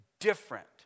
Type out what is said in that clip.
different